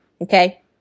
okay